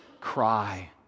cry